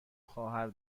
خواهر